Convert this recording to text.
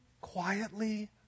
quietly